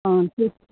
অঁ